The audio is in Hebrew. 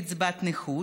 מקבל קצבת נכות.